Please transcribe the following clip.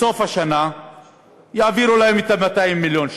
בסוף השנה יעבירו להם את 200 מיליון השקלים.